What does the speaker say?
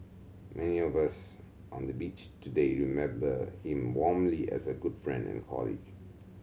many of us on the Bench today remember him warmly as a good friend and colleague